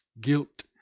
guilt